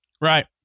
right